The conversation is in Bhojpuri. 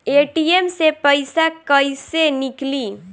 ए.टी.एम से पइसा कइसे निकली?